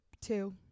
two